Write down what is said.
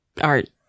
art